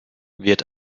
wird